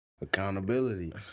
Accountability